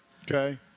okay